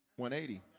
180